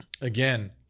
Again